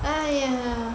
!aiya!